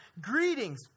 greetings